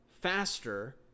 faster